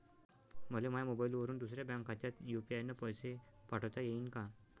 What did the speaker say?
मले माह्या मोबाईलवरून दुसऱ्या बँक खात्यात यू.पी.आय न पैसे पाठोता येईन काय?